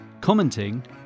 Commenting